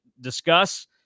discuss